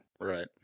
Right